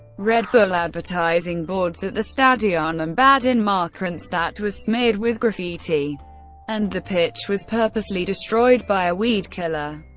red bull advertising boards at the stadion am bad in markranstadt was smeared with graffiti and the pitch was purposely destroyed by a weed killer.